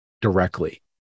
directly